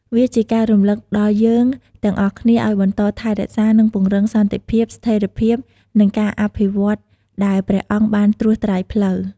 វាជាការរំលឹកដល់យើងទាំងអស់គ្នាឱ្យបន្តថែរក្សា និងពង្រឹងសន្តិភាព ស្ថេរភាព និងការអភិវឌ្ឍន៍ដែលព្រះអង្គបានត្រួសត្រាយផ្លូវ។